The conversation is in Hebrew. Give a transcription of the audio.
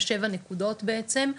בשבע נקודות בעצם,